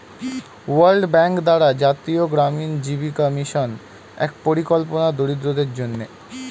world Bank দ্বারা জাতীয় গ্রামীণ জীবিকা মিশন এক পরিকল্পনা দরিদ্রদের জন্যে